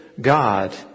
God